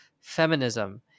feminism